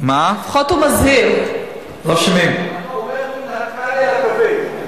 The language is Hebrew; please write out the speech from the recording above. מן הקל אל הכבד.